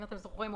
אם אתם זוכרים,